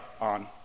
on